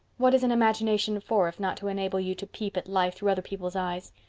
what is an imagination for if not to enable you to peep at life through other people's eyes?